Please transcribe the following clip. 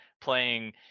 playing